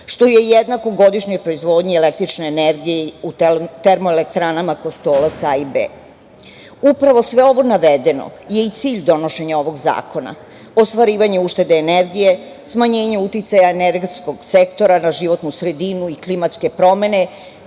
što je jednako godišnjoj proizvodnji električne energije u termoelektranama „Kostolac A i B“.Upravo sve ovo navedeno je i cilj donošenja ovog zakona, ostvarivanje uštede energije, smanjenje uticaja energetskog sektora na životnu sredinu i klimatske promene,